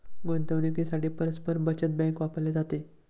गुंतवणुकीसाठीही परस्पर बचत बँक वापरली जाते